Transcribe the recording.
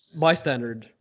bystander